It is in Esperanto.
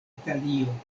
italio